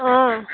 অঁ